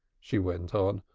she went on,